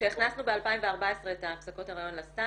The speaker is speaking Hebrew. כשהכנסנו ב-2014 את ההפסקות הריון לסל